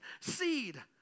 seed